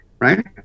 right